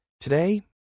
Today